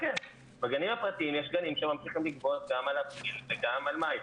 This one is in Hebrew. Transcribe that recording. יש גנים פרטיים שממשיכים לגבות גם על אפריל וגם על מאי.